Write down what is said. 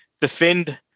defend